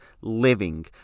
living